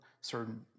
certain